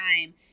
time